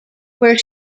where